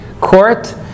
court